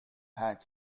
had